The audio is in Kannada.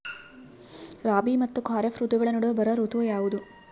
ರಾಬಿ ಮತ್ತು ಖಾರೇಫ್ ಋತುಗಳ ನಡುವೆ ಬರುವ ಋತು ಯಾವುದು?